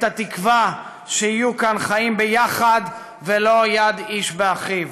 את התקווה שיהיו כאן חיים יחד, ולא יד איש באחיו.